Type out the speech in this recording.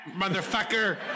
motherfucker